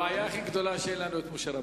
הבעיה הכי גדולה, שאין לנו משה רבנו.